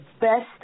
best